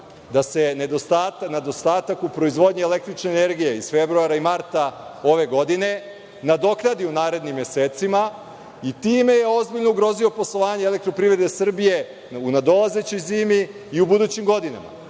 da se nedostatak u proizvodnji električne energije iz februara i marta ove godine nadoknadi u narednim mesecima. Time je ozbiljno ugrozio poslovanje EPS-a u nadolazećoj zimi i u budućim godinama,